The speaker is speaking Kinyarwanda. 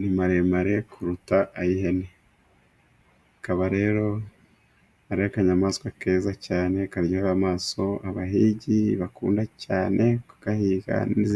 ni maremare kuruta ay'ihene. Akaba rero ari akanyamaswa keza cyane karyohera amaso, abahigi bakunda cyane kugahiga n'izi...